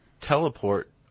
teleport